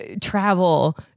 travel